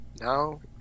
Now